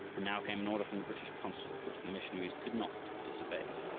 and now came an order from the british consul which the missionaries could not disobey.